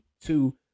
two